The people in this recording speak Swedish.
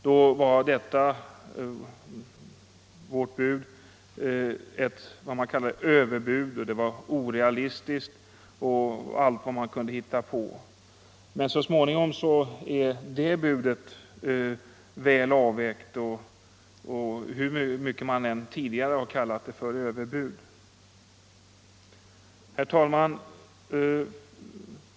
Då var vårt bud ett ”överbud”. Det var ”orealistiskt” och allt man nu kunde hitta på. Men så småningom blev det budet ”väl avvägt”, hur mycket ”överbud” man än hade kallat det tidigare. Herr talman!